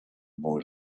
boy